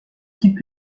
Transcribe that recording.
quitte